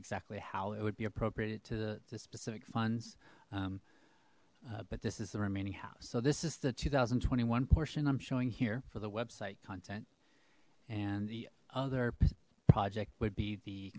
exactly how it would be appropriated to the specific funds but this is the remaining house so this is the two thousand and twenty one portion i'm showing here for the website content and the other project would be the